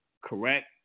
correct